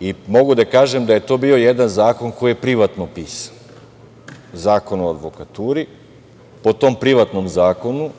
i mogu da kažem da je to bio jedan zakon koji je privatno pisan, Zakon o advokaturi. Po tom privatnom zakonu